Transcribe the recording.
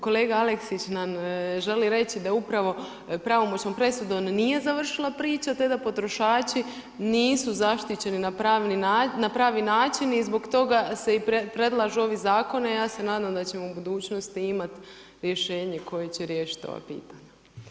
Kolega Aleksić nam želi reći, da upravo pravomoćnom presudom nije završila priča, te da potrošači nisu zaštićeni, na pravi način i zbog toga se i predlažu ovi zakoni i ja se nadam da ćemo u budućnosti imati rješenje koja će riješiti ova pitanja.